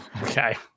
Okay